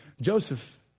Joseph